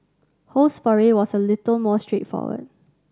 Ho's foray was a little more straightforward